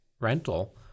rental